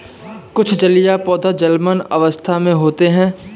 कुछ जलीय पौधे जलमग्न अवस्था में भी होते हैं